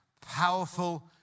powerful